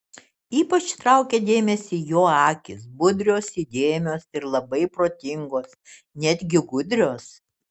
ypač traukė dėmesį jo akys budrios įdėmios ir labai protingos netgi gudrios